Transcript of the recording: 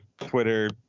Twitter